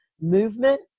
Movement